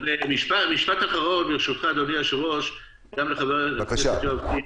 אדוני היושב-ראש, ברשותך, משפט אחרון: